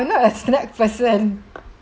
I'm not a snack person